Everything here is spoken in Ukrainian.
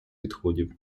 відходів